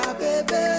baby